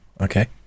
Okay